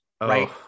right